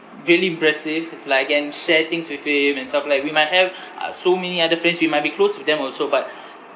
really impressive it's like I can share things with him and stuff like we might have uh so many other friends we might be close with them also but